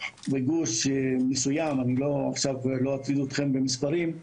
בגוש מסוים, אני לא עכשיו אטריד אותכם במספרים,